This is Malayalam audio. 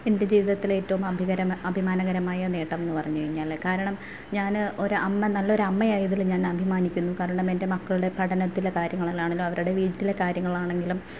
എന്റെ ജീവിതത്തിൽ ഏറ്റവും അഭികരമാ അഭിമാനകരമായ നേട്ടം എന്ന് പറഞ്ഞു കഴിഞ്ഞാൽ കാരണം ഞാൻ ഒരു അമ്മ നല്ലൊരു അമ്മയായതിൽ ഞാൻ അഭിമാനിക്കുന്നു കാരണം എന്റെ മക്കളുടെ പഠനത്തിലെ കാര്യങ്ങളിലാണെങ്കിലും അവരുടെ വീട്ടിലെ കാര്യങ്ങളാണെങ്കിലും